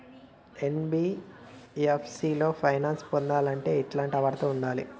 NBFC లో finance పొందాలంటే ఎట్లాంటి అర్హత ఉండాలే?